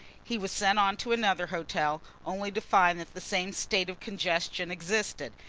he was sent on to another hotel, only to find that the same state of congestion existed,